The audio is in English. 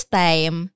time